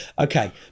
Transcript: Okay